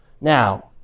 Now